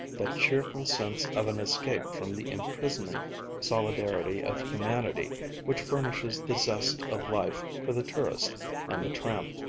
that cheerful sense of an escape from the emprisoning solidarity of humanity which furnishes the zest of life for the tourist and the tramp,